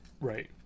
right